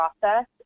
process